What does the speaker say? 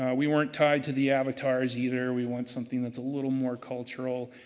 um we weren't tied to the avatars either. we want something that's a little more cultural.